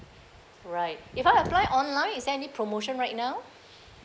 right if I apply online is there any promotion right now